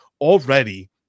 already